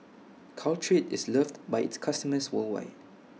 Caltrate IS loved By its customers worldwide